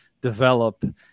develop